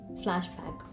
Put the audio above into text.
flashback